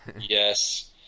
Yes